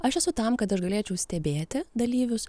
aš esu tam kad aš galėčiau stebėti dalyvius